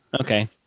Okay